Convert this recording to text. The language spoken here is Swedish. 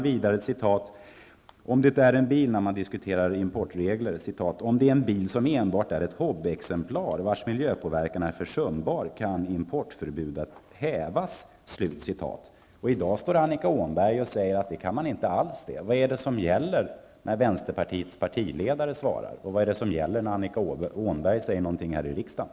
Vidare säger Lars Werner angående importregler, att när det gäller en bil som endast är ett hobbyexemplar, och vars miljöpåverkan är försumbar, kan importförbudet hävas. I dag står Annika Åhnberg här och säger att detta inte går. Vad är det som gäller när vänsterpartiets partiledare svarar, och vad är det som gäller när Annika Åhnberg säger något här i riksdagen?